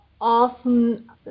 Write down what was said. often